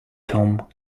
tom